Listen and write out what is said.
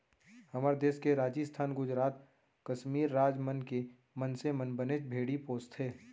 हमर देस के राजिस्थान, गुजरात, कस्मीर राज मन के मनसे मन बनेच भेड़ी पोसथें